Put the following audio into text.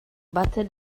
batzen